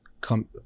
come